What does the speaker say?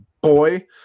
boy